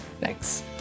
thanks